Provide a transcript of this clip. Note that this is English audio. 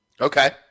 okay